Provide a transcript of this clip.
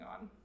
on